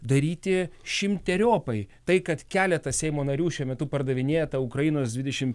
daryti šimteriopai tai kad keletą seimo narių šiuo metu pardavinėja tą ukrainos dvidešim